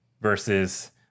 versus